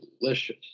delicious